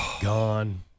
Gone